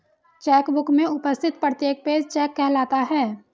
check book में उपस्थित प्रत्येक पेज चेक कहलाता है